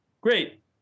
Great